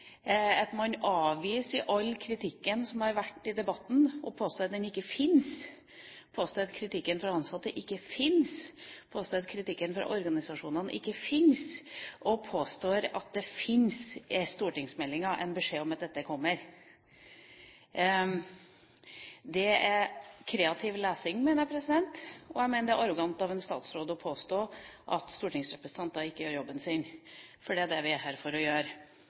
senga, man avviser all kritikken som har vært i debatten og påstår at den ikke fins – man påstår at kritikken fra ansatte ikke fins, at kritikken fra organisasjonene ikke fins, og at det i stortingsmeldinga fins en beskjed om at dette kommer. Det er kreativ lesing, mener jeg, og jeg mener det er arrogant av en statsråd å påstå at stortingsrepresentanter ikke gjør jobben sin, for det er det vi er her for å gjøre.